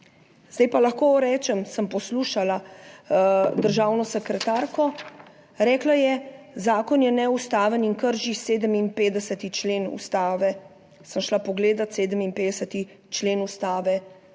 Zdaj pa lahko rečem, sem poslušala državno sekretarko, rekla je, zakon je neustaven in krši 57. člen Ustave. Sem šla pogledat 57. člen Ustave.